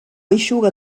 eixuga